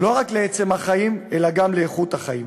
לא רק לעצם החיים, אלא גם לאיכות החיים.